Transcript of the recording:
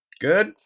Good